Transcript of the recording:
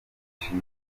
mwinshi